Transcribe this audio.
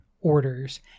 orders